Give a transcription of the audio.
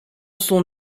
son